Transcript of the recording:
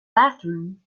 bathroom